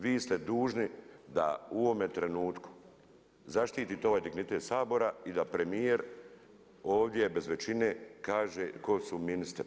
Vi ste dužni da u ovome trenutku zaštite ovaj dignitet Sabora i da premijer ovdje bez većine kaže tko su ministri.